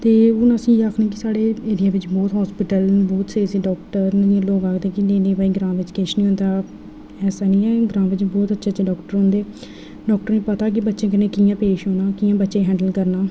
ते हून अस एह् आखगे कि साढ़े एरिया बिच्च बहुत हास्पिटल न बहुत स्हेई स्हेई डाक्टर न जि'यां के लोक आखदे न कि नेईं नेईं ग्रांऽ बिच्च किश नेईं होंदा ऐसा नेईं ऐ कि ग्रांऽ बिच्च बहुत अच्छे अच्छे डाक्टर होंदे ते डाक्टरें गी पता कि बच्चें कन्नै कि'यां पेश आना कि'यां बच्चें गी हैंडल करना